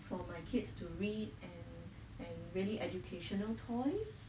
for my kids to read and and really educational toys